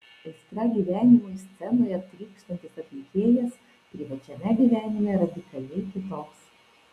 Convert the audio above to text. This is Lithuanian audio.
aistra gyvenimui scenoje trykštantis atlikėjas privačiame gyvenime radikaliai kitoks